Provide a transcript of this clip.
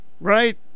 right